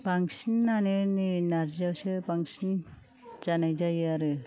बांसिनानो नो नार्जिआवसो बांसिन जानाय जायो आरो